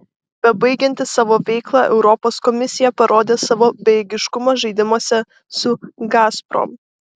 bebaigianti savo veiklą europos komisija parodė savo bejėgiškumą žaidimuose su gazprom